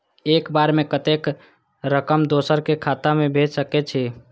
एक बार में कतेक रकम दोसर के खाता में भेज सकेछी?